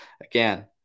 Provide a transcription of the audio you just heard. again